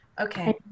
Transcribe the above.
Okay